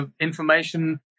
information